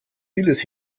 vieles